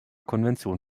konvention